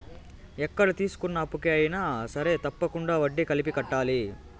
ఎక్కడ తీసుకున్న అప్పుకు అయినా సరే తప్పకుండా వడ్డీ కలిపి కట్టాలి